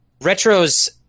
Retro's